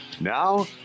now